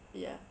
ya